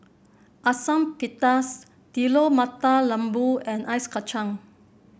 Asam Pedas Telur Mata Lembu and Ice Kachang